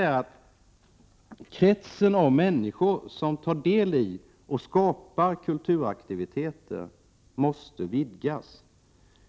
Kretsen av människor som tar del i och skapar kulturaktiviteter måste vidgas.